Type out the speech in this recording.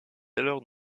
alors